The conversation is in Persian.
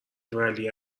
ولی